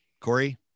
Corey